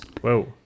Whoa